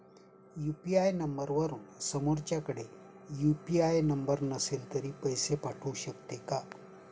UPI नंबरवरून समोरच्याकडे UPI number नसेल तरी पैसे पाठवू शकते का?